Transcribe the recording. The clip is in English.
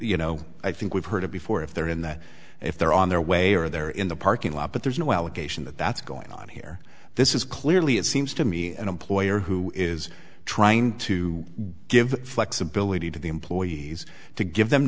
you know i think we've heard of before if they're in that if they're on their way or they're in the parking lot but there's no allegation that that's going on here this is clearly it seems to me an employer who is trying to give flexibility to the employees to give them